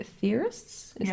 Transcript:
theorists